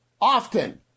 often